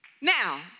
now